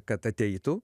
kad ateitų